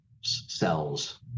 cells